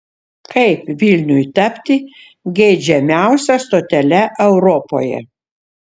kaip vilniui tapti geidžiamiausia stotele europoje